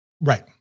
Right